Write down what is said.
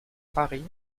paris